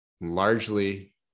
largely